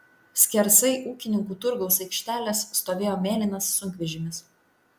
skersai ūkininkų turgaus aikštelės stovėjo mėlynas sunkvežimis